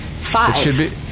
Five